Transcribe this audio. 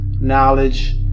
knowledge